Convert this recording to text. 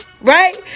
right